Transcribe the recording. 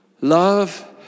Love